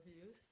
views